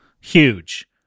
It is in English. Huge